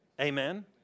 Amen